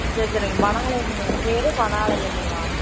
சரி சரிங்க பேர் வனாலயம்ங்களா